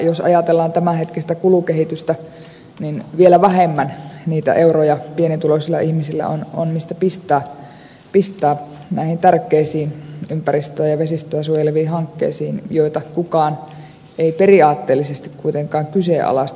jos ajatellaan tämänhetkistä kulukehitystä niin vielä vähemmän niitä euroja pienituloisilla ihmisillä on mistä pistää näihin tärkeisiin ympäristöä ja vesistöä suojeleviin hankkeisiin joita kukaan ei periaatteellisesti kuitenkaan kyseenalaista